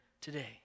today